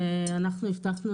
ואנחנו הבטחנו